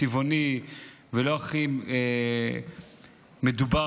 צבעוני ולא הכי מדובר